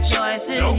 choices